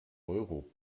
euro